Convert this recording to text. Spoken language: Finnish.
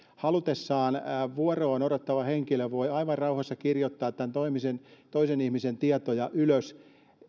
halutessaan vuoroaan odottava henkilö voi aivan rauhassa kirjoittaa tämän toisen ihmisen tietoja ylös